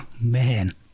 man